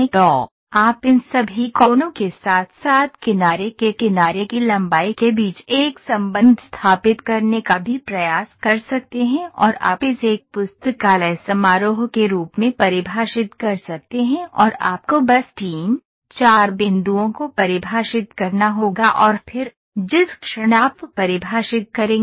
तो आप इन सभी कोणों के साथ साथ किनारे के किनारे की लंबाई के बीच एक संबंध स्थापित करने का भी प्रयास कर सकते हैं और आप इसे एक पुस्तकालय समारोह के रूप में परिभाषित कर सकते हैं और आपको बस 3 4 बिंदुओं को परिभाषित करना होगा और फिर जिस क्षण आप परिभाषित करेंगे